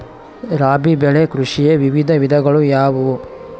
ರಾಬಿ ಬೆಳೆ ಕೃಷಿಯ ವಿವಿಧ ವಿಧಗಳು ಯಾವುವು?